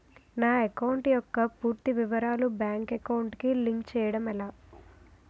నా అకౌంట్ యెక్క పూర్తి వివరాలు బ్యాంక్ అకౌంట్ కి లింక్ చేయడం ఎలా?